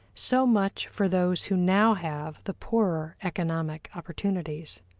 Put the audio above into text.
so much for those who now have the poorer economic opportunities.